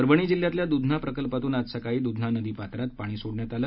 परभणी जिल्ह्यातल्या दुधना प्रकल्पातून आज सकाळी दुधना नदीपात्रात पाणी सोडण्यात आलं